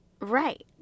right